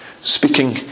Speaking